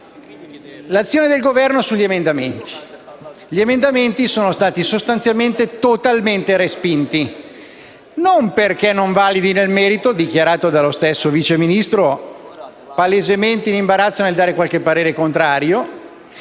l'azione del Governo sugli emendamenti. Gli emendamenti sono stati sostanzialmente tutti respinti, e non perché non validi nel merito - come dichiarato dallo stesso Vice Ministro, palesemente in imbarazzo nel dare qualche parere contrario